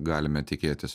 galime tikėtis